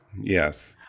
Yes